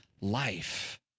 life